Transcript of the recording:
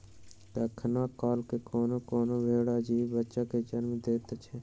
कखनो काल क कोनो कोनो भेंड़ अजीबे बच्चा के जन्म दैत छै